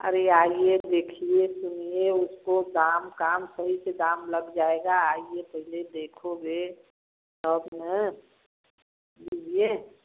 अरे आइए देखिए सुनिए उसको दाम काम सही से दाम लग जाएगा आइए पहले देखोगे तब ना लीजिए